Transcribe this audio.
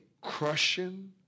crushing